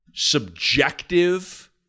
Subjective